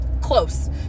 Close